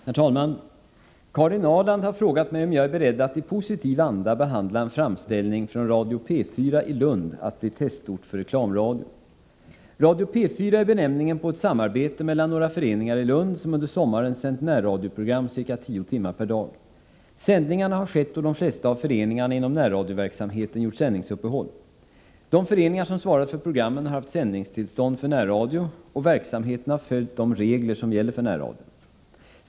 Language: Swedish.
Herr talman! Karin Ahrland har frågat mig om jag är beredd att i positiv anda behandla en framställning från Radio P4 i Lund om att Lund skall bli testort för reklamradio. Radio P4 är benämningen på ett samarbete mellan några föreningar i Lund, som under sommaren sänt närradioprogram ca tio timmar per dag. Sändningarna har skett då de flesta av föreningarna inom närradioverksamheten gjort sändningsuppehåll. De föreningar som svarat för programmen har haft sändningstillstånd för närradio, och verksamheten har följt de regler som gäller för närradion.